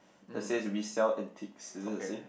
that says we sell antiques is it the same